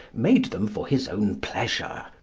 made them for his own pleasure,